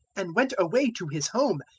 and went away to his home,